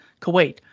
Kuwait